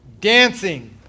Dancing